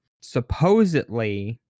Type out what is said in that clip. supposedly